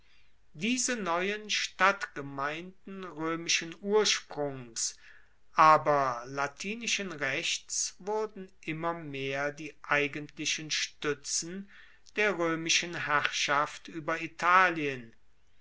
diese neuen stadtgemeinden roemischen ursprungs aber latinischen rechts wurden immer mehr die eigentlichen stuetzen der roemischen herrschaft ueber italien